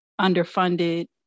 underfunded